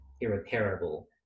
irreparable